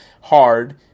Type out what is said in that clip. hard